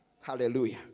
Hallelujah